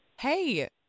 hey